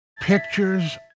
pictures